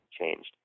changed